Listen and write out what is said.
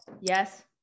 Yes